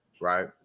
right